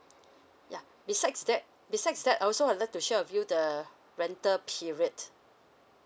yeah besides that besides that I also wanted to share with you the rental periods